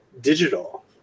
digital